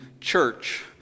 church